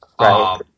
Right